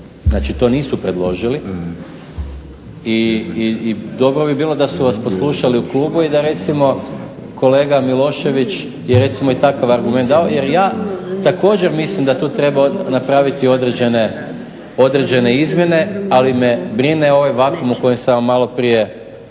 znači to nisu predložili i dobro bi bilo da su vas poslušali u klubu i da recimo kolega Milošević je recimo i takav argument dao jer ja također mislim da tu treba napraviti određene izmjene ali me brine ovaj vakuum o kome sam malo prije